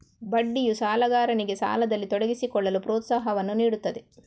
ಬಡ್ಡಿಯು ಸಾಲಗಾರನಿಗೆ ಸಾಲದಲ್ಲಿ ತೊಡಗಿಸಿಕೊಳ್ಳಲು ಪ್ರೋತ್ಸಾಹವನ್ನು ನೀಡುತ್ತದೆ